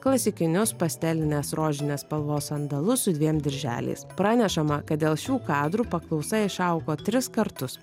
klasikinius pastelinės rožinės spalvos sandalus su dviem dirželiais pranešama kad dėl šių kadrų paklausa išaugo tris kartus